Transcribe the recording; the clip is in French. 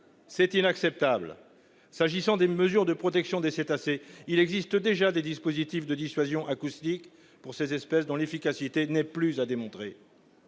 C'est inacceptable, s'agissant des mesures de protection des cétacés, il existe déjà des dispositifs de dissuasion acoustique pour ces espèces dont l'efficacité n'est plus à démontrer.